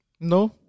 No